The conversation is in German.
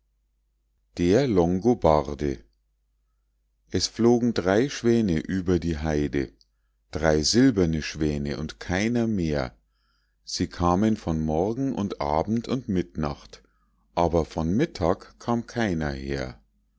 der longobarde es flogen drei schwäne über die heide drei silberne schwäne und keiner mehr sie kamen von morgen und abend und mitternacht aber von mittag kam keiner her